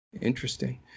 Interesting